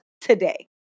today